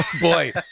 boy